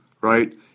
Right